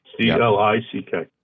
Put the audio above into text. C-L-I-C-K